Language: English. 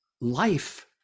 life